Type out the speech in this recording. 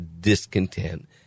discontent